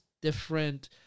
different